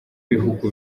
bihugu